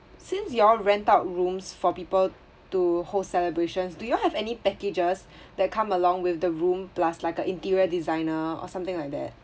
since you all rent out rooms for people to hold celebrations do you all have any packages that come along with the room plus like a interior designer or something like that